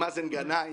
עם מאזן גנאים,